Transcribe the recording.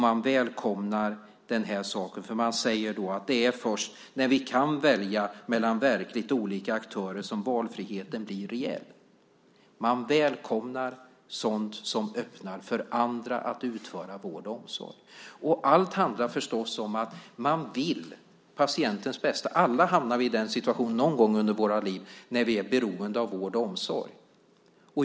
Man välkomnar detta och säger att det är först när vi kan välja mellan verkligt olika aktörer som valfriheten blir reell. Man välkomnar sådant som öppnar för andra att utföra vård och omsorg. Allt handlar förstås om att man vill patientens bästa. Alla hamnar vi någon gång under våra liv i en situation där vi är beroende av vård och omsorg.